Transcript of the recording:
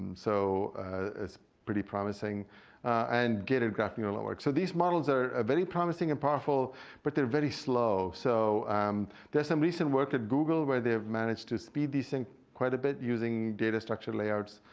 so it's pretty promising and gated graph neural network. so these models are very promising and powerful but they're very slow. so um there's some recent work at google where they've managed to speed this and quite a bit using data structure layouts.